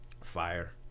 Fire